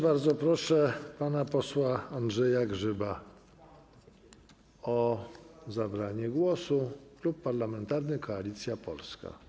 Bardzo proszę pana posła Andrzeja Grzyba o zabranie głosu, Klub Parlamentarny Koalicja Polska.